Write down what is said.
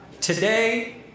Today